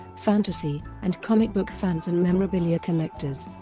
fantasy, and comic book fans and memorabilia collectors.